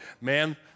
man